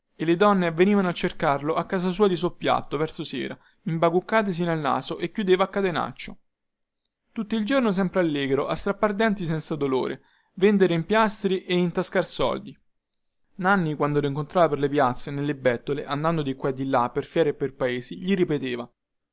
e le donne venivano a cercarlo a casa sua di soppiatto verso sera imbacuccate sino al naso e chiudeva a catenaccio tutto il giorno sempre allegro a strappar denti senza dolore vendere empiastri e intascar soldi nanni quando lo incontrava per le piazze nelle bettole andando di qua e di là per fiere e per paesi gli ripeteva